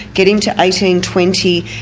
get him to eighteen, twenty,